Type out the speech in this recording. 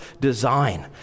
design